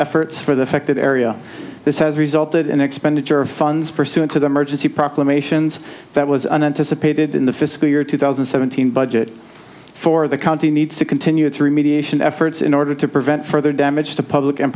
efforts for the fact that area this has resulted in expenditure of funds pursuant to the emergency proclamations that was unanticipated in the fiscal year two thousand and seventeen budget for the county needs to continue through mediation efforts in order to prevent further damage to public and